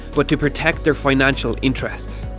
but to protect their financial interests.